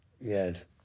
Yes